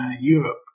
Europe